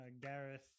Gareth